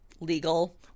legal